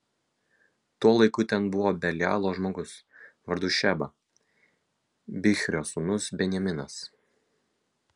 tuo laiku ten buvo belialo žmogus vardu šeba bichrio sūnus benjaminas